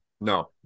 no